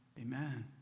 Amen